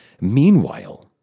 Meanwhile